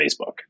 Facebook